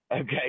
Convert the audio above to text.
okay